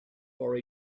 for